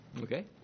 Okay